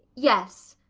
yes,